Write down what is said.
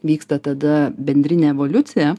vyksta tada bendrinė evoliucija